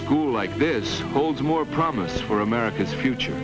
school like this holds more promise for america's future